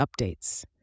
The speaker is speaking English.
updates